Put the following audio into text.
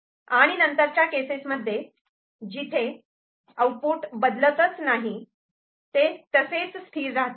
आणि नंतरच्या केसेसमध्ये जिथे आउटपुट बदलतच नाही ते तसेच स्थिर राहते